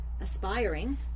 aspiring